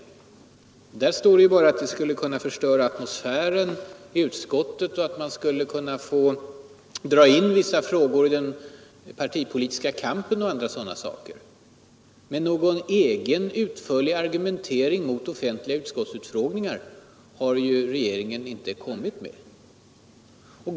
Och där står det något om att det skulle kunna störa atmosfären i utskottet, att man inte skall dra in vissa frågor i den partipolitiska kampen osv. Någon egen utförlig argumentering mot offentliga utskottsutfrågningar har inte regeringen kommit med.